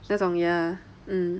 这种 ya um